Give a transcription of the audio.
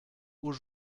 aux